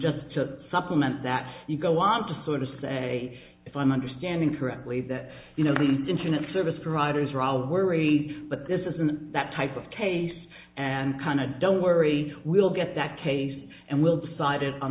just to supplement that you go on to sort of say if i'm understanding correctly that you know the internet service providers are our worry but this isn't that type of case and kind of don't worry we'll get that case and we'll decide it on